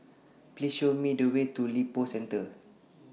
Please Show Me The Way to Lippo Centre